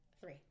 Three